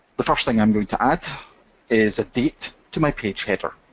the first thing i'm going to add is a date to my page header.